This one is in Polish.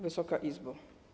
Wysoka Izbo!